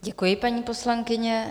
Děkuji, paní poslankyně.